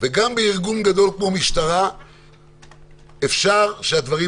וגם בארגון גדול כמו משטרה אפשר שהדברים